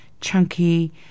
Chunky